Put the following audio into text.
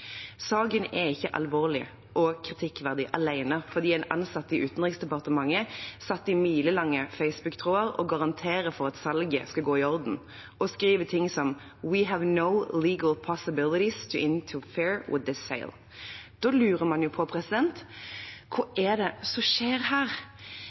Saken er ikke alvorlig og kritikkverdig alene fordi en ansatt i Utenriksdepartementet i milelange facebooktråder garanterte for at salget skulle gå i orden, og skrev ting som «We have no legal possibilities to interfere in this sale.» Da lurer man jo på: